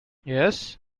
yes